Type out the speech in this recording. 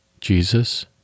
Jesus